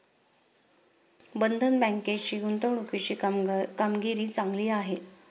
बंधन बँकेची गुंतवणुकीची कामगिरी चांगली आहे